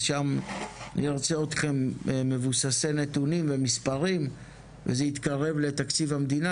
אז שם ארצה אתכם מבוססי נתונים ומספרים וזה יתקרב לתקציב המדינה,